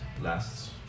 lasts